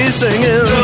singing